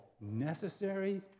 necessary